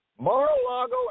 Mar-a-Lago